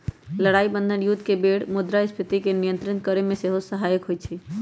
लड़ाइ बन्धन जुद्ध के बेर मुद्रास्फीति के नियंत्रित करेमे सेहो सहायक होइ छइ